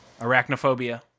Arachnophobia